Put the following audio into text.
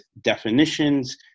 definitions